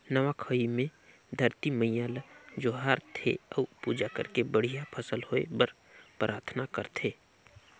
नवा खाई मे धरती मईयां ल जोहार थे अउ पूजा करके बड़िहा फसल होए बर पराथना करथे